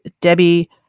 Debbie